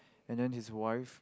and then his wife